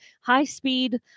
high-speed